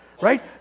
Right